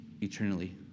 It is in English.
eternally